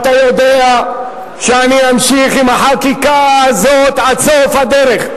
אתה יודע שאני אמשיך עם החקיקה הזאת עד סוף הדרך,